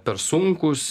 per sunkūs